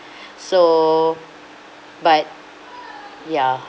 so but ya